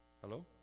Hello